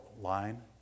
line